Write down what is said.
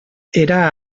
era